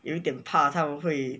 有点怕他们会